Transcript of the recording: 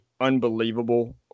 unbelievable